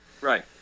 Right